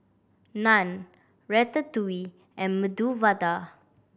Naan Ratatouille and Medu Vada